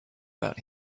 about